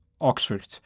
Oxford